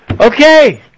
okay